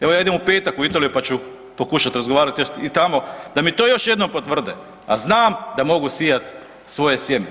Evo ja idem u petak u Italiju pa ću pokušat razgovarat jer i tamo, da mi to još jednom potvrde, a znam da mogu sijat svoje sjeme.